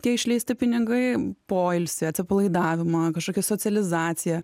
tie išleisti pinigai poilsį atsipalaidavimą kažkokią socializaciją